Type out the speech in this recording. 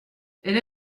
elle